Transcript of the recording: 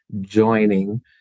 joining